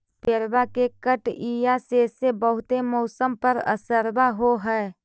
पेड़बा के कटईया से से बहुते मौसमा पर असरबा हो है?